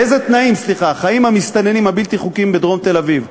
המסתננים הבלתי-חוקיים בדרום תל-אביב,